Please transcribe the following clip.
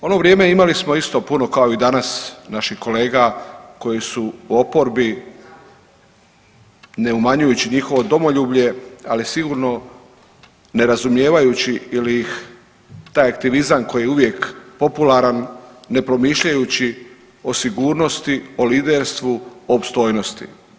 U ono vrijeme imali smo isto puno kao i danas naših kolega koji su u oporbi ne umanjujući njihovo domoljublje ali sigurno ne razumijevajući ih ili ih taj aktivizam koji je uvijek popularan ne promišljajući o sigurnosti, o liderstvu, o opstojnosti.